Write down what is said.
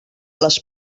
les